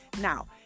Now